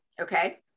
Okay